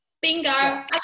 Bingo